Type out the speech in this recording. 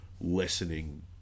lessening